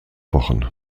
wochen